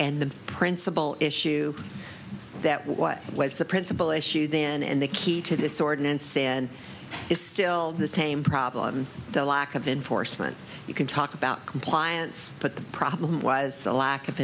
and the principal issue that what was the principal issue then and the key to this ordinance then is still the same problem the lack of enforcement you can talk about compliance but the problem was the lack of